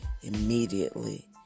immediately